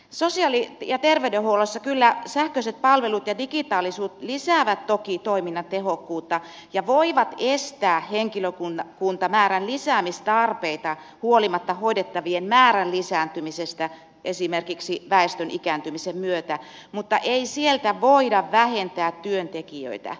sosiaali ja terveydenhuollossa kyllä sähköiset palvelut ja digitaalisuus lisäävät toki toiminnan tehokkuutta ja voivat estää henkilökuntamäärän lisäämistarpeita huolimatta hoidettavien määrän lisääntymisestä esimerkiksi väestön ikääntymisen myötä mutta ei sieltä voida vähentää työntekijöitä